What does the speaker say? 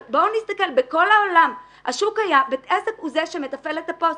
אבל בואו נסתכל ונראה שבכל העולם בית עסק הוא זה שמתפעל את הפוסט.